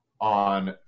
on